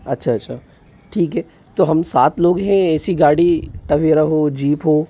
अच्छा अच्छा ठीक है तो हम सात लोग हैं ऐसी गाड़ी टवेरा हो जीप हो